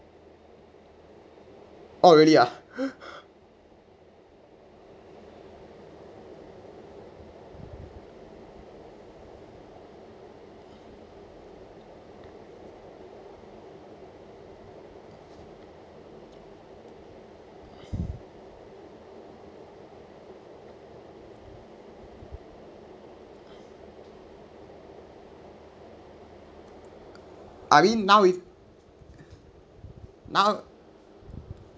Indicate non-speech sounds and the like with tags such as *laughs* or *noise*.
orh really ah *laughs* I mean now if now